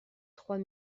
trois